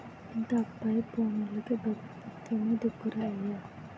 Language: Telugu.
ఇంత అప్పయి పోనోల్లకి పెబుత్వమే దిక్కురా అయ్యా